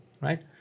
right